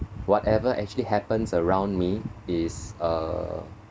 whatever actually happens around me is uh